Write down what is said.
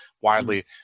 widely